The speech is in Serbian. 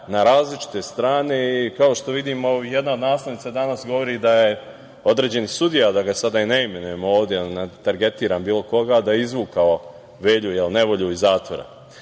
na različite strane, i kao što vidimo jedna naslovnica danas govori da je određeni sudija, da ga sada ne imenujem ovde, da ne tergetiram bilo koga da je izvukao Velju Nevolju iz zatvora.